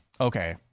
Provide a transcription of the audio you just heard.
okay